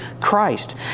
Christ